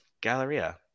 Galleria